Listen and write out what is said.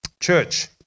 church